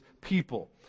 people